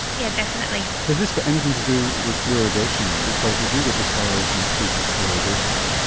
yeah definitely. has this got anything to do with fluoridation? because you do get discolouration of teeth with fluoridation.